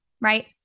right